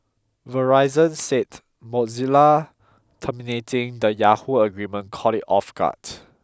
Verizon said Mozilla terminating the Yahoo agreement caught it off guard